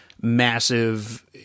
massive